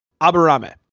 Aburame